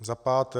Za páté.